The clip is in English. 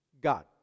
God